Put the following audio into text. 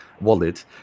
wallet